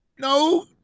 no